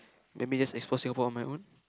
maybe just explore Singapore on my own